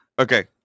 okay